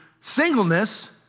singleness